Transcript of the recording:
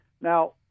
Now